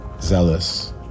zealous